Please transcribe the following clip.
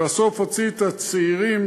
לבסוף הוציא את הצעירים,